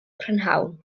prynhawn